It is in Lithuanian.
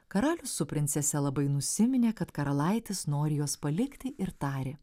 karalius su princese labai nusiminė kad karalaitis nori juos palikti ir tarė